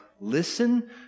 listen